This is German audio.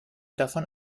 davon